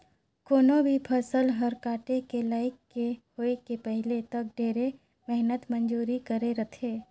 कोनो भी फसल हर काटे के लइक के होए के पहिले तक ढेरे मेहनत मंजूरी करे रथे